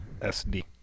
SD